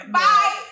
bye